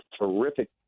terrific